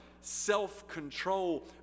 self-control